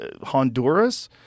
Honduras